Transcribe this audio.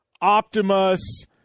Optimus